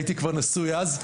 הייתי כבר נשוי אז,